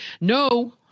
no